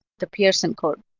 the pearson code.